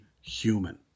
human